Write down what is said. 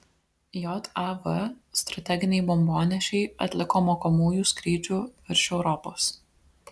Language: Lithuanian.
jav strateginiai bombonešiai atliko mokomųjų skrydžių virš europos